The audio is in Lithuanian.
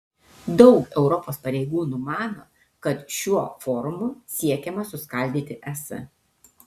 daug europos pareigūnų mano kad šiuo forumu siekiama suskaldyti es